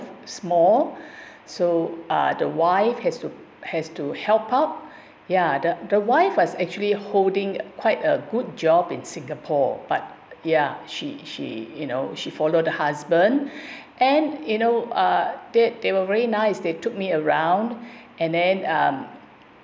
small so uh the wife has to has to help out ya the the wife was actually holding quite a good job in singapore but ya she she you know she followed the husband and you know uh they they were very nice they took me around and then um